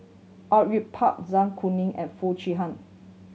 Au Yue Pak Zai Kuning and Foo Chee Han